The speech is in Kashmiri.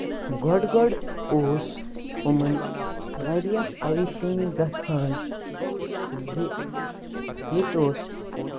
گۄڈٕ گۄڈٕ اوس یِمَن واریاہ پَریشٲنی گژھان زِ ییٚتہِ اوس